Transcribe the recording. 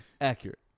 Accurate